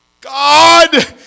God